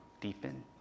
deepen